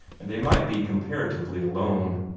and they might be comparatively alone.